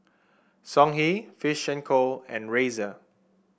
Songhe Fish and Co and Razer